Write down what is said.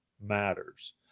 matters